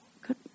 Good